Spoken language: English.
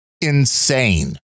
insane